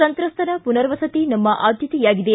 ಸಂತ್ರಸ್ತರ ಪುನರ್ವಸತಿ ನಮ್ಮ ಆದ್ಯತೆಯಾಗಿದೆ